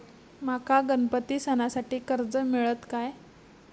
माका गणपती सणासाठी कर्ज मिळत काय?